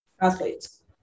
athletes